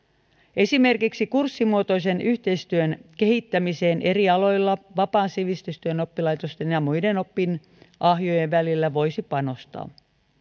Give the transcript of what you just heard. esimerkiksi kurssimuotoisen yhteistyön kehittämiseen eri aloilla vapaan sivistystyön oppilaitosten ja muiden opinahjojen välillä voisi panostaa